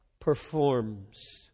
performs